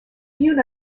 viewed